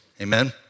Amen